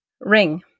Ring